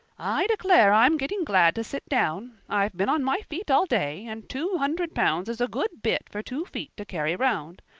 i declare i'm getting glad to sit down. i've been on my feet all day, and two hundred pounds is a good bit for two feet to carry round.